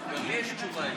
גם לי יש תשובה אליה.